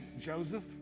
Joseph